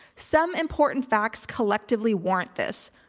some important facts collectively warrant this.